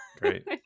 great